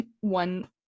one